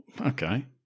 Okay